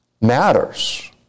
matters